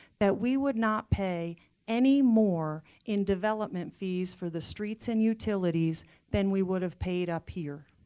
that we would not pay any more in development fees for the streets and utilities then we would have paid up here.